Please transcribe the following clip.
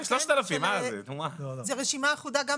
זאת רשימה אחודה?